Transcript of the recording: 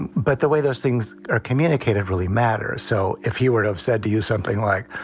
and but the way those things are communicated really matters. so if he would have said to you something like,